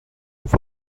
off